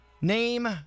Name